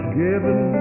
given